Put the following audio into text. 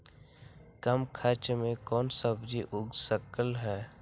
कम खर्च मे कौन सब्जी उग सकल ह?